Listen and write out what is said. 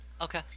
Okay